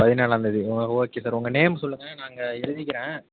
பதினேலாம்தேதி ஓ okay sir உங்கள் name சொல்லுங்கள் நாங்கள் எழுதிக்கிறேன்